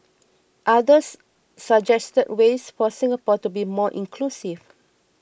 others suggested ways for Singapore to be more inclusive